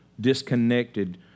disconnected